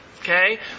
okay